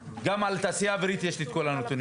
גם על תעשייה אווירית יש לי את כל הנתונים.